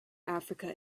africa